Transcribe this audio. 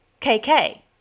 KK